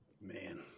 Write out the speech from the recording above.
Man